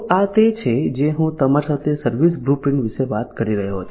તો આ તે છે જે હું તમારી સાથે સર્વિસ બ્લુપ્રિન્ટ વિશે વાત કરી રહ્યો હતો